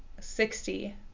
Sixty